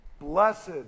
blessed